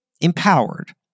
empowered